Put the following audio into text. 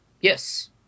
Yes